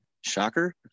shocker